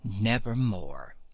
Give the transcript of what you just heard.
nevermore